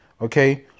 Okay